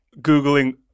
Googling